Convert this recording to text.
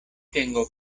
tengo